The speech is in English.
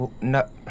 No